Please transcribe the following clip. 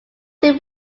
him